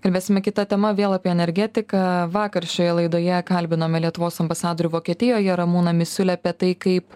kalbėsime kita tema vėl apie energetiką vakar šioje laidoje kalbinome lietuvos ambasadorių vokietijoje ramūną misiulį apie tai kaip